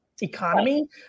economy